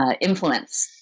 influence